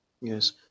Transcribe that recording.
Yes